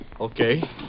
Okay